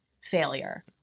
failure